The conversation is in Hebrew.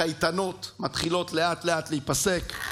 הקייטנות מתחילות לאט לאט להיפסק.